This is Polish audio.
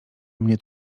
mnie